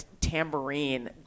tambourine